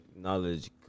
knowledge